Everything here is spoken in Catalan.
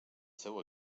seu